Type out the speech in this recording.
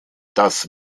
das